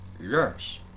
Yes